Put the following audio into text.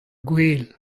gouel